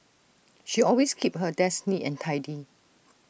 she always keeps her desk neat and tidy